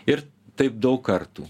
ir taip daug kartų